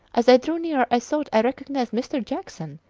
as i drew nearer i thought i recognised mr. jackson,